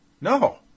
no